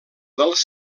dels